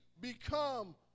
become